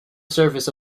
surface